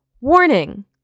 Warning